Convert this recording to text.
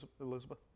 Elizabeth